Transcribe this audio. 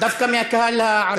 דווקא מהקהל הערבי.